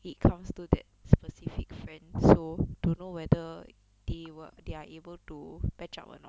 it comes to that specific friend so don't know whether they were they are able to patch up or not